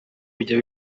bijya